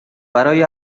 برای